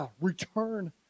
Return